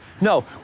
No